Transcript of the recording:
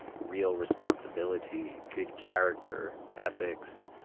real responsibility, good character, ethics,